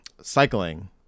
cycling